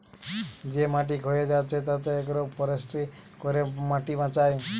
যে মাটি ক্ষয়ে যাচ্ছে তাতে আগ্রো ফরেষ্ট্রী করে মাটি বাঁচায়